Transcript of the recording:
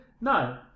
No